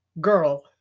girl